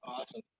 Awesome